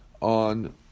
on